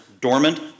dormant